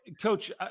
Coach